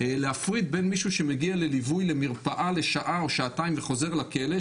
להפריד בין מישהו שמגיע לליווי למרפאה לשעה או שעתיים וחוזר לכלא,